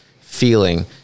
feeling